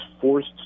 forced